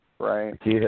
Right